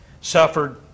suffered